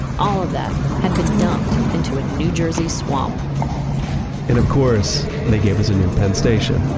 all of that had been dumped into a new jersey swamp and of course they gave us a new penn station,